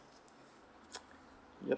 yup